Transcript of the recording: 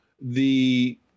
the-